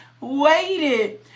waited